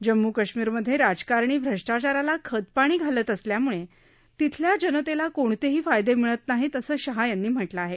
जम्मू कश्मीरमध्ये राजकारणी श्रष्टाचाराला खतपाणी घालत असल्यामुळे तिथल्या जनतेला कोणतेही फायदे मिळत नाहीत असं शहा यांनी म्हटलं आहे